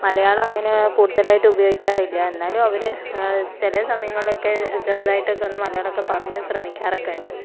മലയാളം അങ്ങനെ കൂടുതലായിട്ട് ഉപയോഗിക്കാറില്ല എന്നാലും അവർ ചില സമയങ്ങളിലൊക്കെ ചെറുതായിട്ടൊക്കെ ഒന്നു മലയാളമൊക്കെ പറഞ്ഞു ശ്രമിക്കാറൊക്കെ ഉണ്ട്